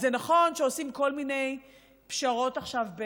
אז נכון שעושים כל מיני פשרות עכשיו,